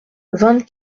vingt